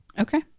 Okay